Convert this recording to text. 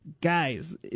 guys